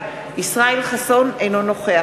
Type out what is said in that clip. ישראל חסון, אינו נוכח